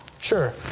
Sure